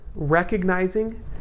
recognizing